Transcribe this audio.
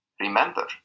Remember